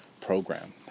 program